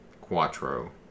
Quattro